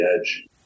edge